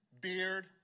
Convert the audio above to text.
beard